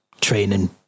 training